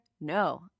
No